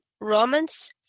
Romans